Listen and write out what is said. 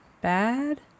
bad